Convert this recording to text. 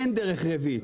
אין דרך רביעית.